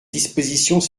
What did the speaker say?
dispositions